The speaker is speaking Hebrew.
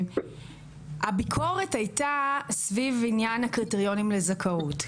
הביקורת הייתה סביב עניין הקריטריונים לזכאות.